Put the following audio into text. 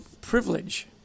privilege